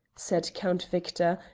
said count victor,